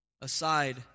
aside